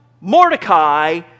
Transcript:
Mordecai